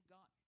God